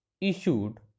issued